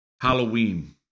Halloween